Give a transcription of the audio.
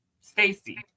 Stacy